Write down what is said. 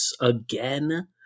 again